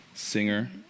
Singer